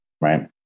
Right